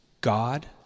God